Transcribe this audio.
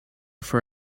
for